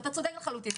אתה צודק לחלוטין.